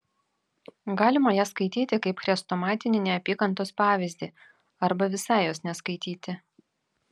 galima ją skaityti kaip chrestomatinį neapykantos pavyzdį arba visai jos neskaityti